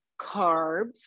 carbs